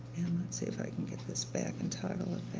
let's see if i can get this back and toggle it